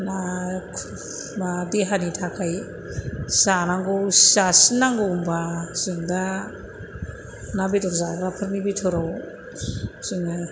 ना खुसिमा देहानि थाखाय जानांगौ जासिन नांगौबा जों दा ना बेदर जाग्राफोरनि बिथोराव जोङो